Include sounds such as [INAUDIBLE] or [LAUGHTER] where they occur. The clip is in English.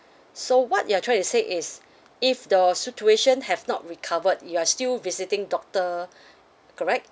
so what you are try to say is if the situation have not recovered you are still visiting doctor [BREATH] correct